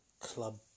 club